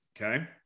Okay